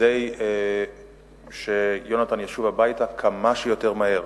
כדי שיונתן ישוב הביתה כמה שיותר מהר.